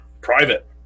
Private